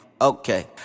okay